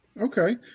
Okay